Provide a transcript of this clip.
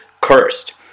cursed